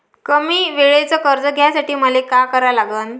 कमी वेळेचं कर्ज घ्यासाठी मले का करा लागन?